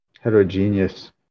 heterogeneous